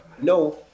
No